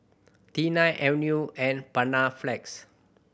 Tena Avene and Panaflex